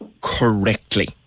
correctly